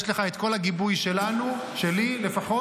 יש לך את כל הגיבוי שלנו, שלי לפחות.